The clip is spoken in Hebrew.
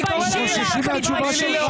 אני קורא לך לסדר פעם שנייה.